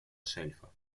шельфа